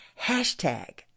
hashtag